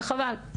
וחבל.